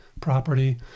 property